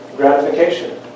Gratification